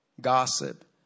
gossip